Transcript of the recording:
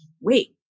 wait